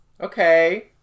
Okay